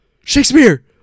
Shakespeare